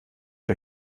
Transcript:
der